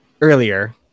earlier